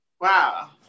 Wow